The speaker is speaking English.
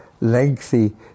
lengthy